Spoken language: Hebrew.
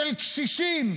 של קשישים,